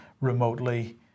remotely